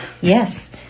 Yes